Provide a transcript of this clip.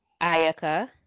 Ayaka